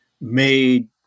made